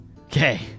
okay